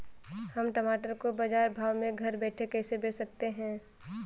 हम टमाटर को बाजार भाव में घर बैठे कैसे बेच सकते हैं?